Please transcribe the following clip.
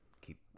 keep